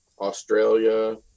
Australia